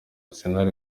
arsenal